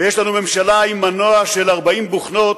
ויש לנו ממשלה עם מנוע של 40 בוכנות,